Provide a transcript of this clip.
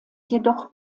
jedoch